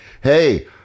hey